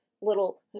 little